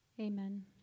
Amen